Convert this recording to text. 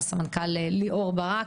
לסמנכ"ל ליאור ברק,